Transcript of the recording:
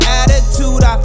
attitude